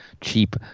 cheap